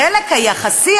לחלק היחסי,